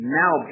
now